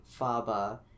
Faba